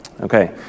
Okay